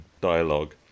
dialogue